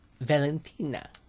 Valentina